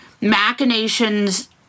machinations